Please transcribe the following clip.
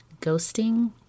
ghosting